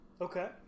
okay